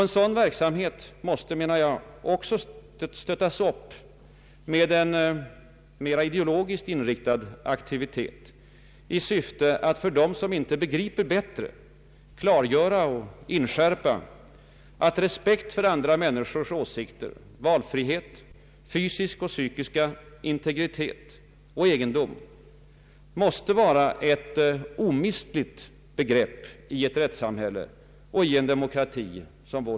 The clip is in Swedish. En sådan verksamhet måste, menar jag, också stöttas upp med en mera ideologiskt inriktad aktivitet i syfte att, för dem som inte begriper bättre, klargöra och inskärpa att respekt för andra människors åsikter, valfrihet, fysiska och psykiska integritet samt egendom måste vara ett omistligt begrepp i ett rättssamhälle och i en demokrati som vår.